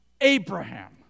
Abraham